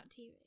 TV